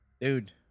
dude